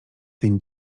ten